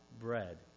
bread